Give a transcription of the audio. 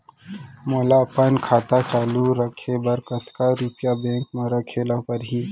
मोला अपन खाता चालू रखे बर कतका रुपिया बैंक म रखे ला परही?